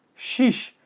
Sheesh